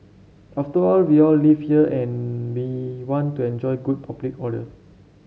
after all we all live here and we want to enjoy good public order